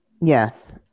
Yes